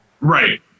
Right